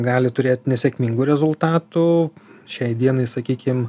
gali turėti nesėkmingų rezultatų šiai dienai sakykim